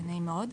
נעים מאוד.